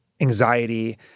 anxiety